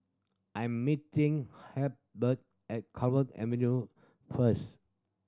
I'm meeting Halbert at Clover Avenue first